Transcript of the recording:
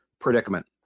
predicament